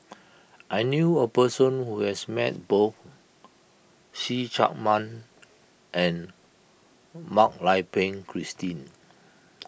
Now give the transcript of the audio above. I knew a person who has met both See Chak Mun and Mak Lai Peng Christine